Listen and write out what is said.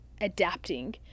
adapting